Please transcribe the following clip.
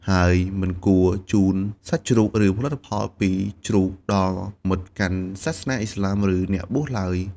ហើយមិនគួរជូនសាច់ជ្រូក ឬផលិតផលពីជ្រូកដល់មិត្តកាន់សាសនាឥស្លាម ឬអ្នកបួសឡើយ។